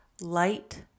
light